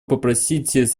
попросить